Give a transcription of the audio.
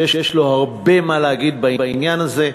שיש לו הרבה מה להגיד בעניין הזה,